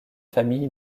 famille